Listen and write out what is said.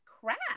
crap